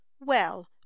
Well